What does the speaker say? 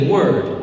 Word